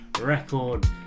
record